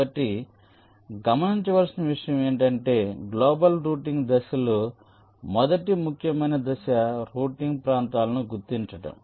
కాబట్టి గమనించవలసిన విషయం ఏమిటంటే గ్లోబల్ రౌటింగ్ దశలో మొదటి ముఖ్యమైన దశ రౌటింగ్ ప్రాంతాలను గుర్తించడం